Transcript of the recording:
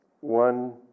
one